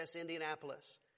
Indianapolis